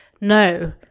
no